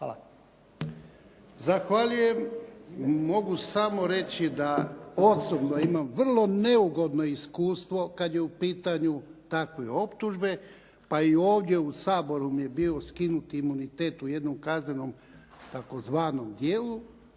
(HDZ)** Zahvaljujem. Mogu samo reći da osobno imam vrlo neugodno iskustvo kad je u pitanju takve optužbe pa i ovdje u Saboru mi je bio skinut imunitet u jednom kaznenom tzv. tijelu,